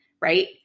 right